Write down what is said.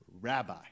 Rabbi